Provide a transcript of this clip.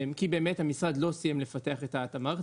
כי המשרד לא סיים לפתח את המערכת.